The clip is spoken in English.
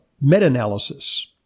meta-analysis